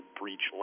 breach